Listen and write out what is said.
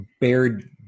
bared